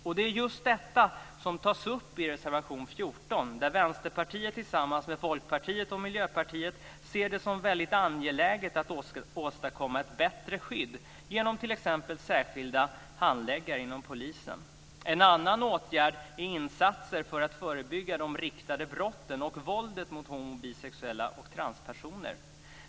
Och det är just detta som tas upp i reservation 14, där Vänsterpartiet tillsammans med Folkpartiet och Miljöpartiet ser det som väldigt angeläget att åstadkomma ett bättre skydd genom t.ex. särskilda handläggare inom polisen. En annan åtgärd är insatser för att förebygga de brott och det våld som riktas mot homo och bisexuella och transpersoner.